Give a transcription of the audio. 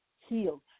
healed